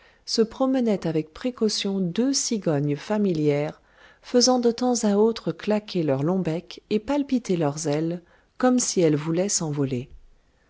se promenaient avec précaution deux cigognes familières faisant de temps à autre claquer leur long bec et palpiter leurs ailes comme si elles voulaient s'envoler